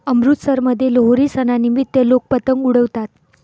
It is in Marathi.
अमृतसरमध्ये लोहरी सणानिमित्त लोक पतंग उडवतात